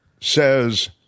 says